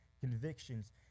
convictions